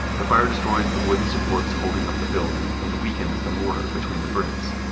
the fire destroys the wooden supports holding up the building and weakens the mortar between the bricks.